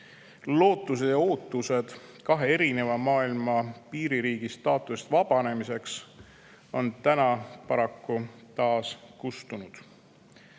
Lootused ja ootused kahe erineva maailma piiririigi staatusest vabanemiseks on paraku taas kustunud.